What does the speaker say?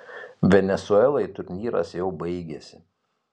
venesuelai turnyras jau baigėsi